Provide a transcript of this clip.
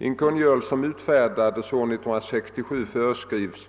I en kungörelse som utfärdades år 1967 föreskrivs